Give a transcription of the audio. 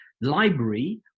library